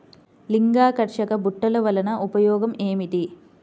లింగాకర్షక బుట్టలు వలన ఉపయోగం ఏమిటి?